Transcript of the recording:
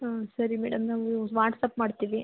ಹಾಂ ಸರಿ ಮೇಡಮ್ ನಾವೂ ವಾಟ್ಸಾಪ್ ಮಾಡ್ತೀವಿ